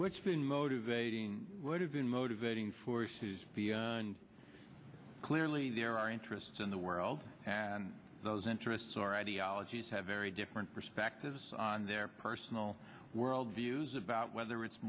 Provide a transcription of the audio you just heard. which been motivating would have been motivating force who's clearly there are interests in the world and those interests are ideologies have very different perspectives on their personal worldviews about whether it's